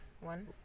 One